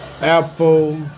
Apple